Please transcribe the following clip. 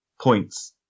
points